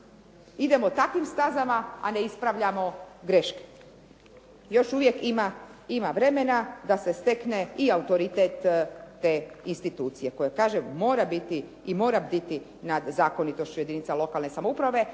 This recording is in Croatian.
idemo takvim stazama a ne ispravljamo greške. Još uvijek ima vremena da se stekne i autoritet te institucije koja kažem mora biti i mora bditi nad zakonitošću jedinica lokalne samouprave,